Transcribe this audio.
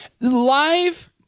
live